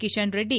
Kishan Reddy